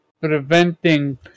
preventing